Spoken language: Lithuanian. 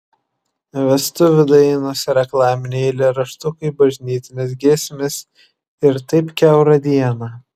vestuvių dainos reklaminiai eilėraštukai bažnytinės giesmės ir taip kiaurą dieną